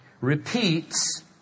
repeats